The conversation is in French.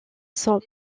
sont